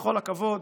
בכל הכבוד,